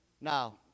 Now